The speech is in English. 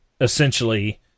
essentially